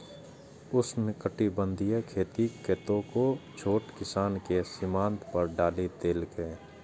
उष्णकटिबंधीय खेती कतेको छोट किसान कें सीमांत पर डालि देलकै